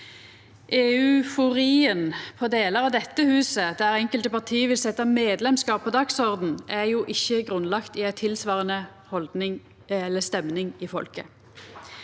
EUforien på delar av dette huset, der enkelte parti vil setja medlemskap på dagsordenen, er jo ikkje grunnlagt i ei tilsvarande stemning i folket.